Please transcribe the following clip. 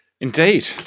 indeed